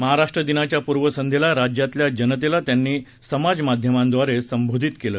महाराष्ट्र दिनाच्या पूर्वसंध्येला राज्यातल्या जनतेला त्यांनी समाज माध्यमांद्वारे संबोधीत केलं